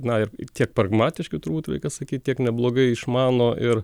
na ir tiek pragmatiški turbūt reikia sakyt tiek neblogai išmano ir